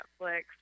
netflix